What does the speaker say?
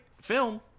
film